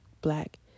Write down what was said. black